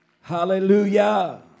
Hallelujah